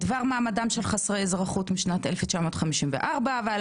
בדבר מעמדם של חסרי אזרחות משנת 1954 ועל